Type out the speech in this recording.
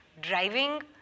driving